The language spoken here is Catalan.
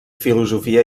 filosofia